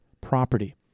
property